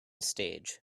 stage